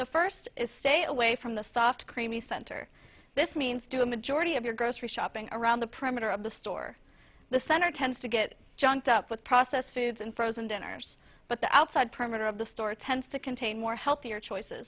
the first is stay away from the soft creamy center this means do a majority of your grocery shopping around the perimeter of the store the center tends to get junked up with processed foods and frozen dinners but the outside perimeter of the store tends to contain more healthier choices